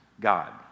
God